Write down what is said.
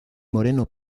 moreno